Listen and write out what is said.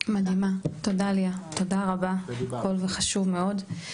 מדהימה, תודה ליה, תודה רבה, קול חשוב מאוד.